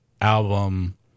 album